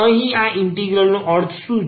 અહીં આ ઇન્ટિગ્રલ નો અર્થ શું છે